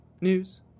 news